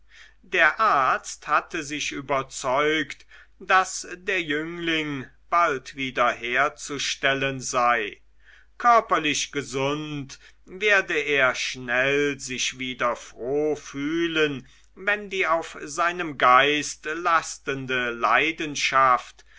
der arzt hatte sich überzeugt daß der jüngling bald wieder herzustellen sei körperlich gesund werde er schnell sich wieder froh fühlen wenn die auf seinem geist lastende leidenschaft